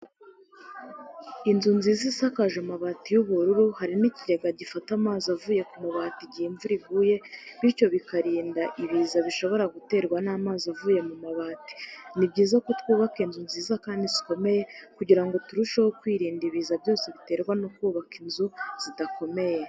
Inzu nziza isakaje amabati y'ubururu hari n'ikigega gifata amazi avuye ku mabati igihe imvura iguye bityo bikarinda ibiza bishobora guterwa n'amazi avuye ku mabati. Ni byiza ko twubaka inzu nziza kandi zikomeye kugira ngo turusheho kwirinda ibiza byose biterwa no kubaka inzu zidakomeye.